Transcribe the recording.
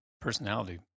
personality